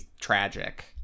tragic